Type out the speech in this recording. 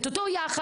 את אותו יחס,